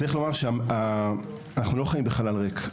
צריך לומר שאנחנו לא חיים בחלל ריק.